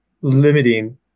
limiting